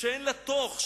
שאין לה תוך,